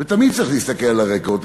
תמיד צריך להסתכל על הרקורד.